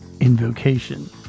Invocation